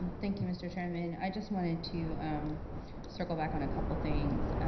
thank you mr. chairman, i just wanted to circle back on a couple things.